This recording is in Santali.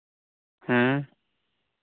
ᱦᱮᱸ